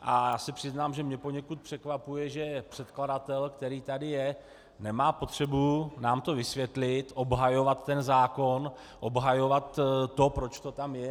Já se přiznám, že mě poněkud překvapuje, že předkladatel, který tady je, nemá potřebu nám to vysvětlit, obhajovat zákon, obhajovat to, proč to tam je.